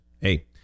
hey